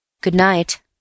Good-night